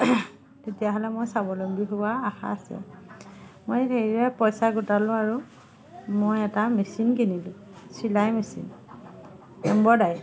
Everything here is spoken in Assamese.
তেতিয়াহ'লে মই স্বাৱলম্বী হোৱা আশা আছে মই হেৰিৰে পইচা গোটালোঁ আৰু মই এটা মেচিন কিনিলোঁ চিলাই মেচিন এম্বদাৰি